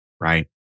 right